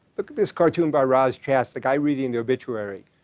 look at this cartoon by roz chast, the guy reading the obituary.